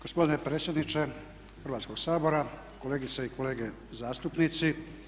Gospodine predsjedniče Hrvatskog sabora, kolegice i kolege zastupnici.